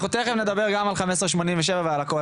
אנחנו תיכף נדבר גם על 15/87 והכל.